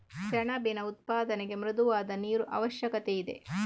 ಸೆಣಬಿನ ಉತ್ಪಾದನೆಗೆ ಮೃದುವಾದ ನೀರು ಅವಶ್ಯಕತೆಯಿದೆ